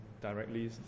directly